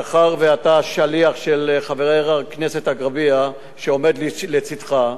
מאחר שאתה שליח של חבר הכנסת אגבאריה, שעומד לצדך,